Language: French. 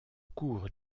cours